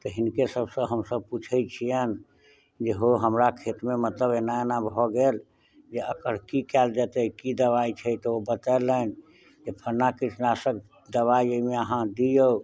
तऽ हिनके सब सऽ हमसब पुछै छियनि जे हो हमरा खेतमे मतलब एना एना भऽ गेल जे अकर की कयल जेतै की दबाइ छै तऽ ओ बतेलनि जे फन्ना कीटनाशक दबाइ एहिमे अहाँ दियौ